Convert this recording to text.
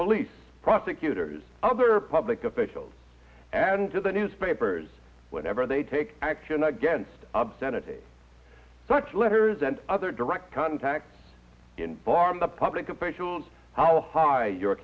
police prosecutors other public officials and to the newspapers whenever they take action against obscenity such letters and other direct contacts in farm the public officials how high your